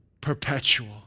perpetual